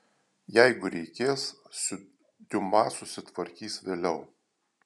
jeigu reikės su diuma susitvarkys vėliau